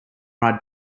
ride